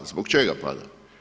Zbog čega pada?